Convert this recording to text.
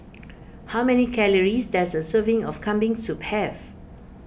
how many calories does a serving of Kambing Soup have